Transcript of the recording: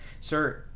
Sir